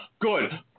good